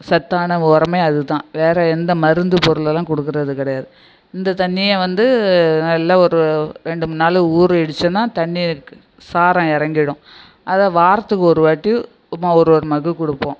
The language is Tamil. சத்தான உரமே அது தான் வேறு எந்த மருந்து பொருளெல்லாம் கொடுக்குறது கிடையாது இந்த தண்ணிய வந்து நல்ல ஒரு ரெண்டு மூணு நாள் ஊறிடுச்சுன்னா தண்ணி சாரம் இறங்கிடும் அதை வாரத்துக்கு ஒருவாட்டி சும்மா ஒரு ஒரு மக்கு கொடுப்போம்